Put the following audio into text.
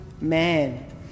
man